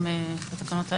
וזה גם התקנות האלה.